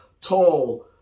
tall